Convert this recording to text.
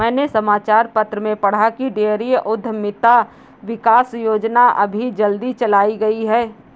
मैंने समाचार पत्र में पढ़ा की डेयरी उधमिता विकास योजना अभी जल्दी चलाई गई है